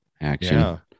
action